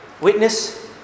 witness